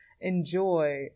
enjoy